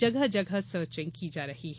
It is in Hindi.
जगह जगह सर्चिंग की जा रही है